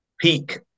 Peak